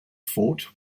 fort